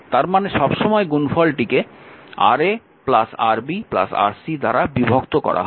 তার মানে সব সময় গুণফলগুলিকে Ra Rb Rc দ্বারা বিভক্ত করা হয়